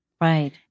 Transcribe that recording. Right